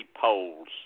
polls